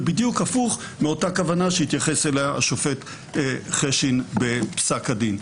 ובדיוק הפוך מאותה כוונה שהתייחס אליה השופט חשין בפסק הדין.